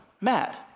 mad